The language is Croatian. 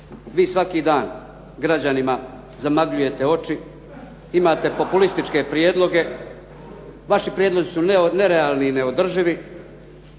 Vi svaki dan građanima zamagljujete oči, imate populističke prijedloge. Vaši prijedlozi su nerealni i neodrživi,